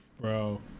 bro